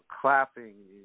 clapping